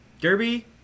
Derby